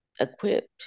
equipped